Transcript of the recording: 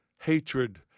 hatred